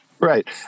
right